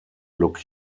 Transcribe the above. look